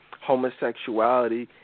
homosexuality